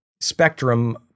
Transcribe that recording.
spectrum